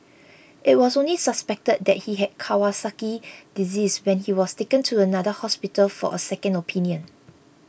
it was only suspected that he had Kawasaki disease when he was taken to another hospital for a second opinion